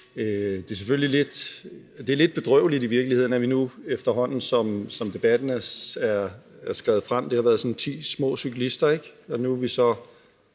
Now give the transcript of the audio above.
lidt bedrøveligt, at vi nu, efterhånden som debatten er skredet frem – det har været sådan ti små cyklister, ikke – er fire